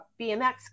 BMX